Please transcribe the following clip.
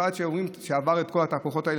כאחד שעבר את כל התהפוכות האלה,